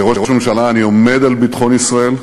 כראש ממשלה, אני עומד על ביטחון ישראל,